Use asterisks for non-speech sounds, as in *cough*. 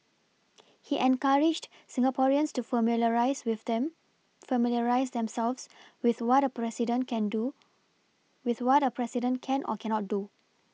*noise* he encouraged Singaporeans to familiarise with them familiarise themselves with what a president can do with what a president can or cannot do